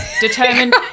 determined